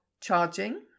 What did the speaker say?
charging